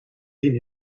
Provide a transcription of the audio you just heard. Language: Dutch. zien